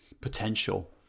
potential